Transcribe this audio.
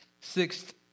Sixth